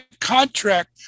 contract